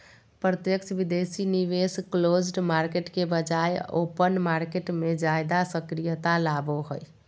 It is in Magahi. प्रत्यक्ष विदेशी निवेश क्लोज्ड मार्केट के बजाय ओपन मार्केट मे ज्यादा सक्रियता लाबो हय